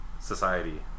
society